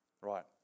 Right